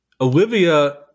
Olivia